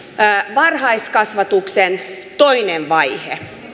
varhaiskasvatuksen toinen vaihe